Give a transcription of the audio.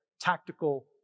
tactical